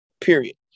period